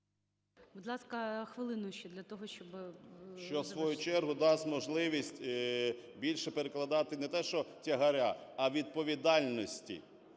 …що в свою чергу дасть можливість більше перекладати не те що тягаря, а відповідальності.